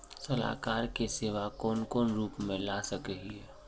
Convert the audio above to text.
सलाहकार के सेवा कौन कौन रूप में ला सके हिये?